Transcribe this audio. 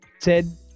Ted